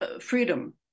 Freedom